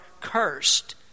cursed